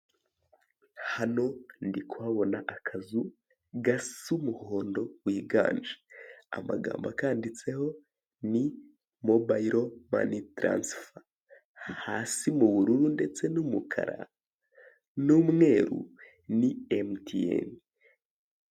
Hano ndikuhabona akazu gasa umuhondo wiganje amagambo akanditseho ni mobayilo manit aransifa hasi mu bururu ndetse n'umukara n'umweru ni emutiyeni.